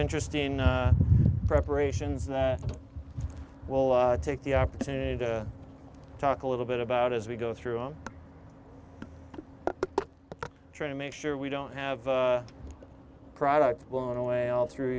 interesting preparations that will take the opportunity to talk a little bit about as we go through and try to make sure we don't have products blown away all through